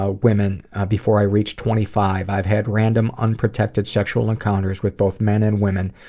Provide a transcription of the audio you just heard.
ah women before i reached twenty five. i've had random, unprotected sexual encounters with both men and women,